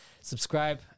subscribe